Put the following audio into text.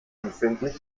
empfindlich